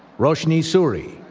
roshni suri.